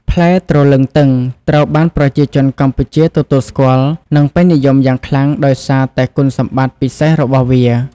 ផ្លែទ្រលឹងទឹងត្រូវបានប្រជាជនកម្ពុជាទទួលស្គាល់ និងពេញនិយមយ៉ាងខ្លាំងដោយសារតែគុណសម្បត្តិពិសេសរបស់វា។